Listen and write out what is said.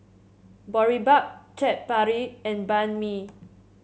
Boribap Chaat Papri and Banh Mi